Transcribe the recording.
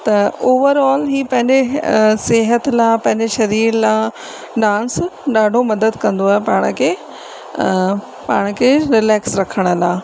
त ओवरऑल हीउ पंहिंजे सिहत लाइ पंहिंजे शरीर लाइ डांस ॾाढो मदद कंदो आहे पाण खे पाण खे रिलैक्स रखण लाइ